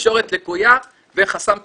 תקשורת לקויה וחסם תפיסתי.